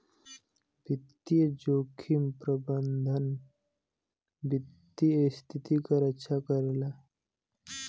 वित्तीय जोखिम प्रबंधन वित्तीय स्थिति क रक्षा करला